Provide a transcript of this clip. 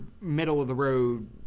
middle-of-the-road